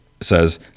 says